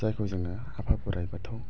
जायखौ जोंङो आफा बोराय बाथौ